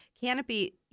Canopy